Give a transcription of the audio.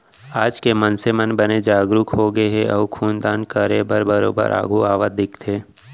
आज के मनसे मन बने जागरूक होगे हे अउ खून दान करे बर बरोबर आघू आवत दिखथे